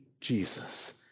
Jesus